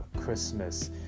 Christmas